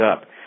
up